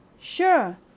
Sure